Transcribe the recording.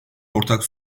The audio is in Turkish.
ortak